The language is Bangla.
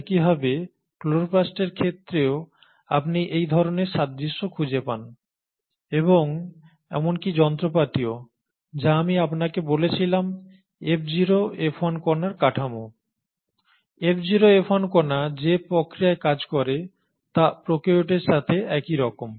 একইভাবে ক্লোরোপ্লাস্টের ক্ষেত্রেও আপনি একই ধরণের সাদৃশ্য খুঁজে পান এবং এমনকী যন্ত্রপাতিও যা আমি আপনাকে বলেছিলাম F0 F1 কণার কাঠামো F0 F1 কণা যে প্রক্রিয়ায় কাজ করে তা প্রকারিওটের সাথে একই রকম